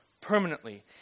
permanently